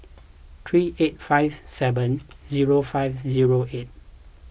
three eight five seven zero five zero eight